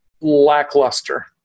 Lackluster